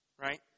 Right